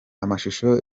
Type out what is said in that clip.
amashusho